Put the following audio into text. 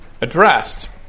addressed